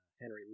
Henry